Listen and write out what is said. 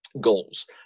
goals